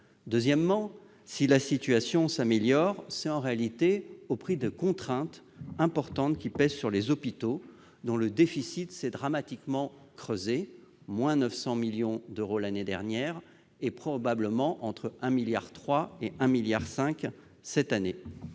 Deuxièmement, si la situation s'améliore, c'est en réalité au prix de contraintes importantes qui pèsent sur les hôpitaux, dont le déficit s'est dramatiquement creusé- il s'élevait à 900 millions d'euros l'année dernière et atteindra probablement entre 1,3 milliard et 1,5 milliard d'euros cette année.